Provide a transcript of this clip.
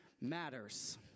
matters